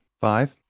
Five